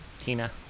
Tina